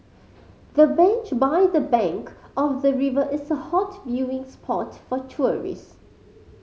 the bench by the bank of the river is a hot viewing spot for tourist